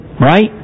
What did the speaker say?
right